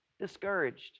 discouraged